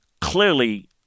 clearly